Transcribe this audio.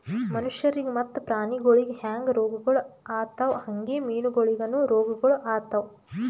ಮನುಷ್ಯರಿಗ್ ಮತ್ತ ಪ್ರಾಣಿಗೊಳಿಗ್ ಹ್ಯಾಂಗ್ ರೋಗಗೊಳ್ ಆತವ್ ಹಂಗೆ ಮೀನುಗೊಳಿಗನು ರೋಗಗೊಳ್ ಆತವ್